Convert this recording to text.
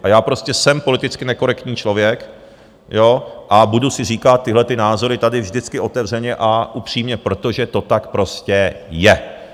A já prostě jsem politicky nekorektní člověk a budu si říkat tyhle názory vždycky otevřeně a upřímně, protože to tak prostě je.